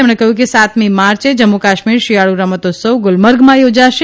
તેમણે કહ્યું કે સાતમી માર્ચે જમ્મુકાશ્મીર શિયાળ્ રમતોત્સવ ગુલમર્ગમાં યોજાશે